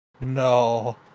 No